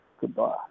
Goodbye